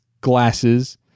glasses